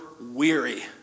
weary